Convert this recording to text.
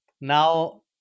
now